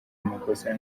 amakosa